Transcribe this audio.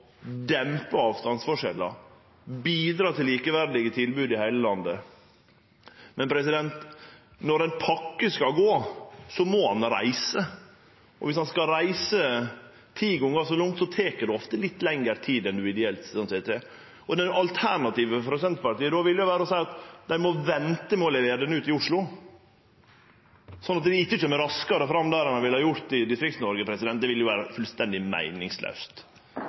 dempe avstandsforskjellar, bidra til likeverdige tilbod i heile landet, men når ei pakke skal gå, må ho reise. Om ho skal reise ti gonger så langt, tek det ofte litt lengre tid enn det som er ideelt. Alternativet til Senterpartiet vil vere å seie at dei må vente med å levere ho ut i Oslo, slik at det ikkje kjem raskare fram der enn ho ville gjort i Distrikts-Noreg. Det ville jo vore fullstendig meiningslaust.